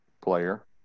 player